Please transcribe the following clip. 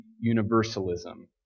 universalism